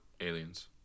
Aliens